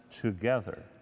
together